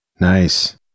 Nice